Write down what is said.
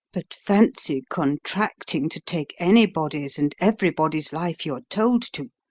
but fancy contracting to take anybody's and everybody's life you're told to,